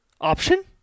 option